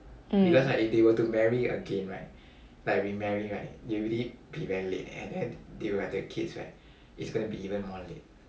mm